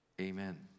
Amen